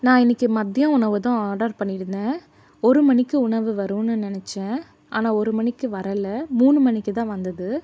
நான் இன்றைக்கு மதிய உணவு தான் ஆர்டர் பண்ணியிருந்தேன் ஒரு மணிக்கு உணவு வரும்னு நினச்சேன் ஆனால் ஒரு மணிக்கு வரலை மூணு மணிக்கு தான் வந்தது